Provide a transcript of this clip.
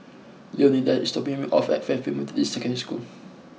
Leonidas is dropping me off at Fairfield Methodist Secondary School